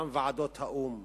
גם ועדות האו"ם,